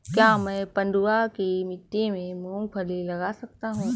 क्या मैं पडुआ की मिट्टी में मूँगफली लगा सकता हूँ?